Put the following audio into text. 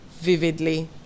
vividly